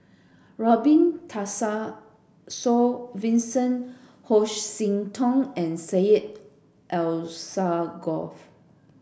Robin Tessensohn Vincent Hoisington and Syed Alsagoff